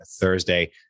Thursday